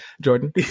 Jordan